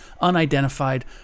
unidentified